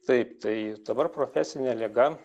taip tai dabar profesinė liga